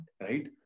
right